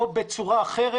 או בצורה אחרת,